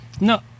No